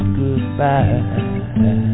goodbye